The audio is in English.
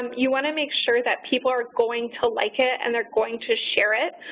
and you want to make sure that people are going to like it and they're going to share it.